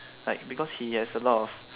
like because he has a lot of